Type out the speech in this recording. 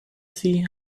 see